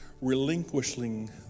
relinquishing